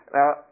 Now